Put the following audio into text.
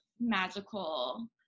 magical